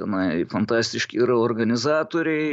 tenai fantastiški yra organizatoriai